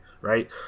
right